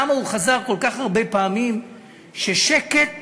למה הוא חזר כל כך הרבה פעמים שעל שקט